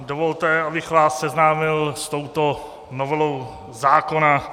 Dovolte, abych vás seznámil s touto novelou zákona.